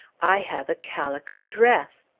i have a calico dress!